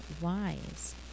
wise